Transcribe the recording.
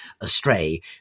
astray